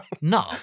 No